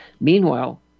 meanwhile